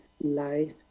life